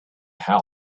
help